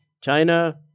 China